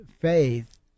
faith